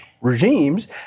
regimes